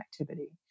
activity